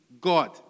God